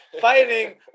fighting